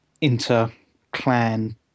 inter-clan